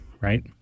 right